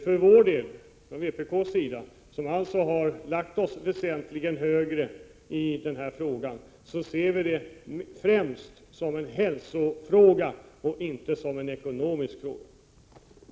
Vpk, som alltså Ändringar il har föreslagit en större höjning, ser denna fråga främst som en hälsopolitisk gr Se re ; år skatt på omsättning av fråga och inte som en ekonomisk fråga.